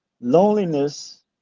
loneliness